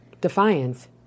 Defiance